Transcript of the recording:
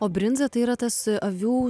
o brinza tai yra tas avių